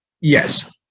Yes